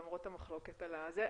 למרות המחלוקת על הזה.